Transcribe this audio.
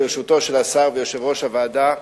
ברשות השר ויושב-ראש הוועדה,